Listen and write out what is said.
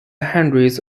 hundreds